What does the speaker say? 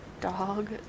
Dog